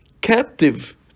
captive